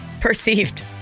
Perceived